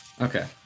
Okay